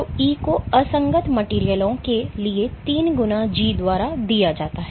तो E को असंगत मटेरियलयों के लिए 3 गुना G द्वारा दिया जाता है